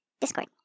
Discord